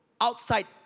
Outside